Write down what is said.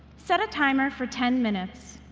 set a timer for ten minutes.